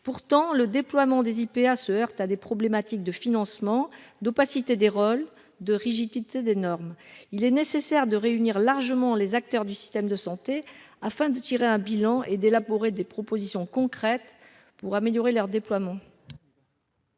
pourtant le déploiement des IPA se heurte à des problématiques de financement d'opacité des rôles de rigidité des normes, il est nécessaire de réunir largement les acteurs du système de santé afin de tirer un bilan et d'élaborer des propositions concrètes pour améliorer leur déploiement.